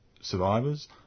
survivors